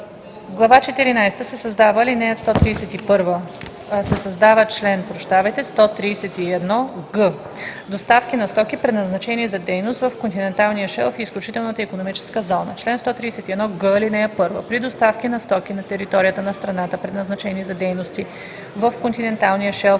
глава четиринадесета се създава чл. 131г: „Доставки на стоки, предназначени за дейности в континенталния шелф и изключителната икономическа зона Чл. 131г. (1) При доставки на стоки на територията на страната, предназначени за дейности в континенталния шелф